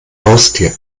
haustier